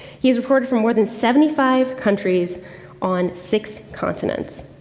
he's reported from more than seventy five countries on six continents.